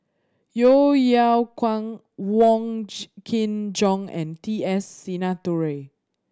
Yeo Yeow Kwang Wong Kin Jong and T S Sinnathuray